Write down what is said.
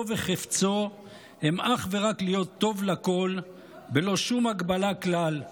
וחפצו הם אך ורק להיות טוב לכול בלי שום הגבלה כלל,